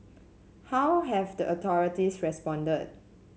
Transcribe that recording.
how have the authorities responded